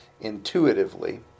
intuitively